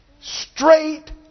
straight